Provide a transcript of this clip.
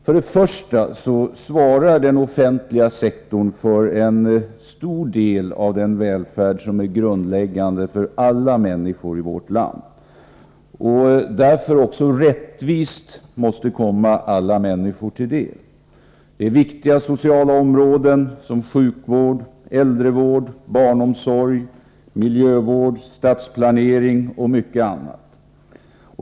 För det första svarar den offentliga sektorn för en stor del av den välfärd som är grundläggande för alla människor i vårt land och därför också rättvist måste komma alla människor till del. Det är betydelsefulla sociala områden såsom sjukvård, äldrevård, barnomsorg, miljövård, stadsplanering och mycket annat.